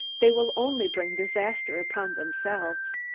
they will only bring disaster upon themselves.